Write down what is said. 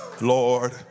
lord